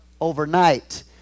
overnight